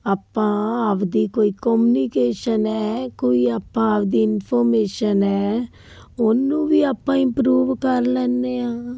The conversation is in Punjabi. ਆਪਾਂ ਆਪਣੀ ਕੋਈ ਕੌਮਨੀਕੇਸ਼ਨ ਹੈ ਕੋਈ ਆਪਾਂ ਆਪਣੀ ਇਨਫੋਰਮੇਸ਼ਨ ਹੈ ਉਹਨੂੰ ਵੀ ਆਪਾਂ ਇਮਪਰੂਵ ਕਰ ਲੈਂਦੇ ਹਾਂ